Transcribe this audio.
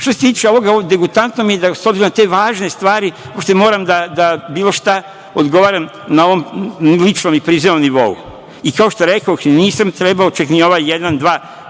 to. Što se tiče ovoga ovde, degutantnom mi je, s obzirom na te važne stvari, da uopšte moram da bilo šta odgovaram na ovom ličnom i prizemnom nivou. Kao što rekoh, nisam trebao čak ni ovaj jedan, dva